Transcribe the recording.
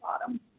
bottom